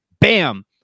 Bam